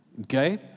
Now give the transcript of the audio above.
Okay